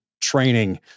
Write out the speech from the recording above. training